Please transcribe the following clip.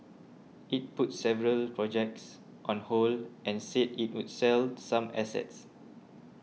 it put several projects on hold and said it would sell some assets